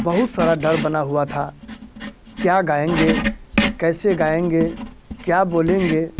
बहुत सारा डर बना हुआ था क्या गाएंगे कैसे गाएंगे क्या बोलेंगे